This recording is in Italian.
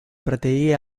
praterie